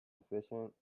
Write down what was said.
efficient